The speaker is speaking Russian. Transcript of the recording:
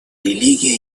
религии